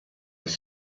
les